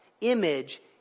image